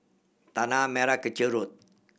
Tanah Merah Kechil Road